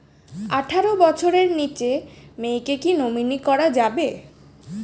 আঠারো বছরের নিচে মেয়েকে কী নমিনি করা যাবে?